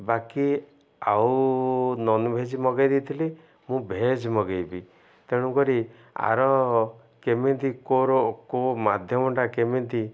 ବାକି ଆଉ ନନ୍ଭେଜ୍ ମଗେଇ ଦେଇେଇଥିଲି ମୁଁ ଭେଜ୍ ମଗେଇବି ତେଣୁକରି ଆର କେମିତି କେଉଁ ମାଧ୍ୟମଟା କେମିତି